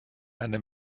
eine